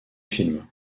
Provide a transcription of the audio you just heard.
films